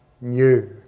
new